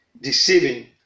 deceiving